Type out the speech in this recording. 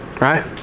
right